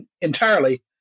entirely